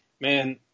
man